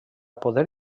poder